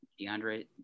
DeAndre